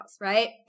right